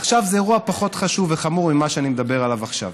עכשיו זה אירוע פחות חשוב וחמור ממה שאני מדבר עליו עכשיו.